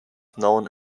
known